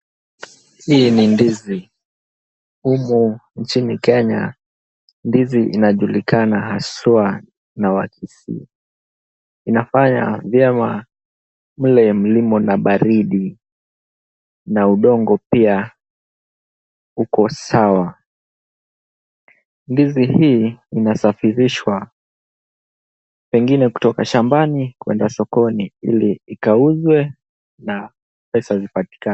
Hii ni ndizi, humu nchini Kenya ndizi inajulikana haswa na wakisii. Inafanya vyema mle mlimo na baridi na udongo pia uko sawa. Ndizi hii inasafirishwa pengine kutoka shambani kuenda sokoni ili ikauzwe na pesa zipatikane.